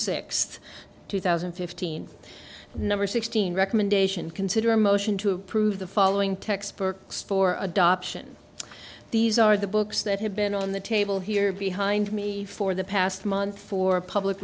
sixth two thousand and fifteen number sixteen recommendation consider a motion to approve the following text books for adoption these are the books that have been on the table here behind me for the past month for public